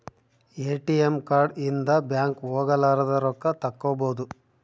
ATM card ಇಂದ bank ಹೋಗಲಾರದ ರೊಕ್ಕ ತಕ್ಕ್ಕೊಬೊದು